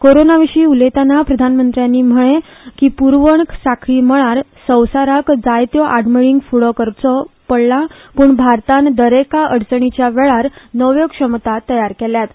कोरोना विशीं उलयतना प्रधानमंत्र्यांनी म्हळें की पुरवण सांखळी मळार संवसाराक जायत्यो आडमेळींक फुडो करचो पडला पूण भारतान दरेका अडचणीच्या वेळार नव्यो क्षमता तयार केल्यात